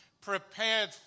prepared